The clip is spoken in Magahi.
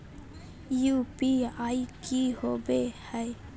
यू.पी.आई की होवे है?